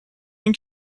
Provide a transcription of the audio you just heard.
اینه